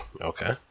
Okay